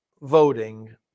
voting